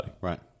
Right